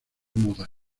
moda